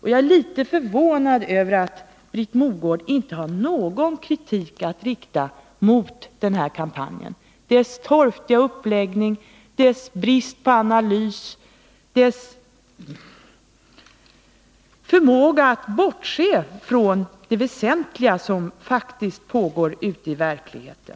Jag är litet förvånad över att Britt Mogård inte har någon kritik att rikta mot denna kampanj, dess torftiga uppläggning, dess brist på analys och dess förmåga att bortse från det väsentliga som faktiskt pågår ute i verkligheten.